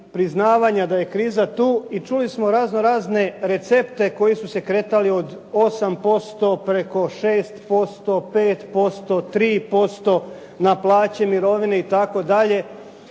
priznavanja da je kriza tu i čuli smo razno razne recepte koji su se kretali od 8% preko 6%, 5%, 3% na plaće, mirovine itd.,